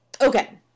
Okay